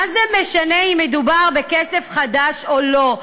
מה זה משנה אם מדובר בכסף חדש או לא?